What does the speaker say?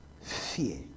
fear